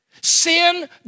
Sin